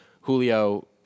Julio